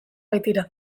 baitira